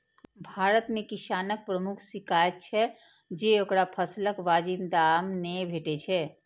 भारत मे किसानक प्रमुख शिकाइत छै जे ओकरा फसलक वाजिब दाम नै भेटै छै